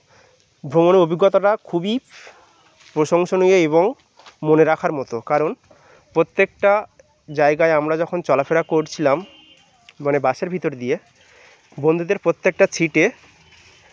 ভ্রমণের অভিজ্ঞতাটা খুবই প্রশংসনীয় এবং মনে রাখার মতো কারণ প্রত্যেকটা জায়গায় আমরা যখন চলফেরা করছিলাম মানে বাসের ভিতর দিয়ে বন্ধুদের প্রতকেটা সিটে